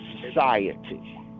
society